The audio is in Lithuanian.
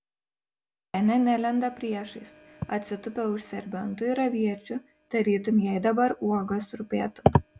senė nelenda priešais atsitupia už serbentų ir aviečių tarytum jai dabar uogos rūpėtų